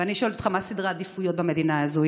ואני שואלת אותך: מה סדרי העדיפויות במדינה הזאת?